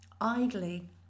idly